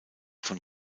von